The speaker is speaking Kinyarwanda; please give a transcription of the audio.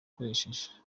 akoresheje